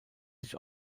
sich